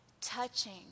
touching